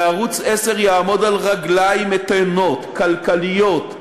וערוץ 10 יעמוד על רגליים איתנות, כלכליות,